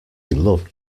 loved